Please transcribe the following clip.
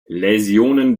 läsionen